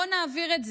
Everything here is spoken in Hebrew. בואו נעביר את זה.